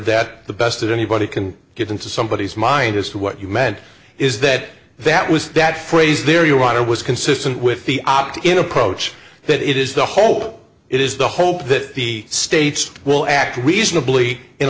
that the best that anybody can get into somebody's mind as to what you meant is that that was that phrase there you want it was consistent with the opt in approach that it is the whole it is the hope that the states will act reasonably in